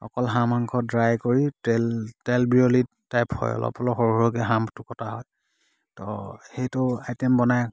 অকল হাঁহ মাংস ড্ৰাই কৰি তেল তেল বিয়লি টাইপ হয় অলপ অলপ সৰু সৰুকৈ হাঁহটো কটা হয় তো সেইটো আইটেম বনাই খুব ভাল লাগে